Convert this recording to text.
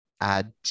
add